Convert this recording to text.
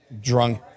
drunk